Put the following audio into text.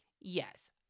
Yes